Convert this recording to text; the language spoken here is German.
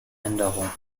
änderung